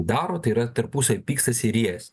daro tai yra tarpusavy pykstasi ir riejasi